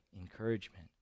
encouragement